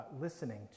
listening